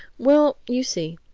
well, you see,